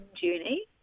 journey